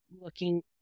looking